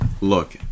look